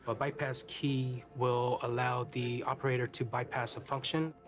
ah bypass key will allow the operator to bypass a function.